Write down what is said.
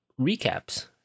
recaps